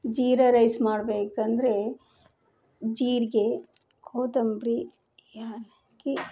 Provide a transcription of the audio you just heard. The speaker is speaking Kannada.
ಜೀರಾ ರೈಸ್ ಮಾಡಬೇಕಂದ್ರೆ ಜೀರಿಗೆ ಕೊತ್ತಂಬ್ರಿ ಏಲಕ್ಕಿ